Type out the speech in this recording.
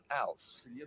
else